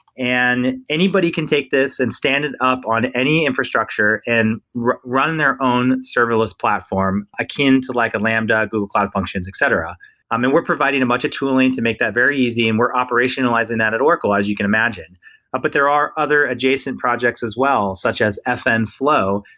and anybody can take this and stand it up on any infrastructure and run their own serverless platform akin to like a lambda, google cloud functions, etc. um they were providing a bunch of tooling to make that very easy and we're operationalizing that at oracle as you can imagine ah but there are other adjacent projects as well, such as fn flow,